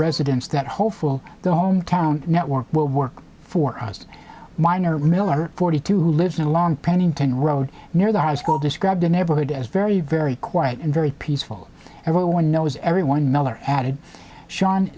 residents that hopeful the hometown network will work for us miner miller forty two who lives in the long printing ten road near the high school described a neighborhood as very very quiet and very peaceful everyone knows everyone miller added sha